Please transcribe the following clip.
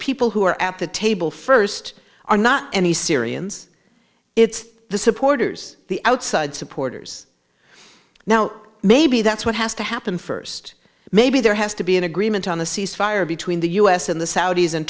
people who are at the table first are not any syrians it's the supporters the outside supporters now maybe that's what has to happen first maybe there has to be an agreement on the ceasefire between the u s and the saudis and